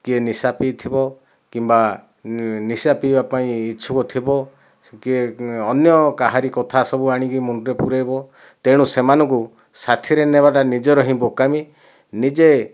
କିଏ ନିଶା ପିଇଥିବ କିମ୍ବା ନିଶା ପିଇବା ପାଇଁ ଇଚ୍ଛୁକ ଥିବ କିଏ ଅନ୍ୟ କାହାରି କଥା ସବୁ ଆଣିକି ମୁଣ୍ଡରେ ପୁରାଇବ ତେଣୁ ସେମାନଙ୍କୁ ସାଥିରେ ନେବାଟା ନିଜର ହିଁ ବୋକାମୀ ନିଜେ